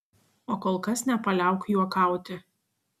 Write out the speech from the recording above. o kol kas nepaliauk juokauti